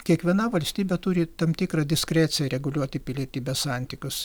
kiekviena valstybė turi tam tikrą diskreciją reguliuoti pilietybės santykius